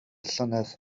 llynedd